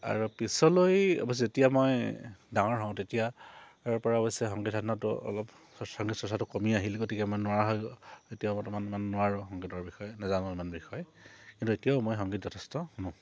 আৰু পিছলৈ অৱশ্যে যেতিয়া মই ডাঙৰ হওঁ তেতিয়াৰ পৰা অৱশ্যে সংগীত সাধনাটো অলপ সংগীত চৰ্চাটো কমি আহিল গতিকে মই নোৱাৰা হৈ এতিয়াও বৰ্তমান ইমান নোৱাৰোঁ সংগীতৰ বিষয়ে নাজানো ইমান বিষয়ে কিন্তু এতিয়াও মই সংগীত যথেষ্ট শুনো